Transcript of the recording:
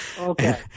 Okay